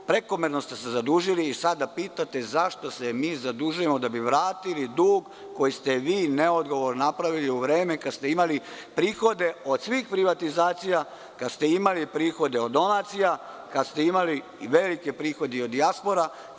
Prekomerno ste se zadužili i sada pitate zašto se mi zadužujemo da bi vratili dug koji ste vi neodgovorno napravili u vreme kada ste imali prihode od svih privatizacija, kada ste imali prihode od donacija, kada ste imali velike prihode od dijaspore.